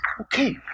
Okay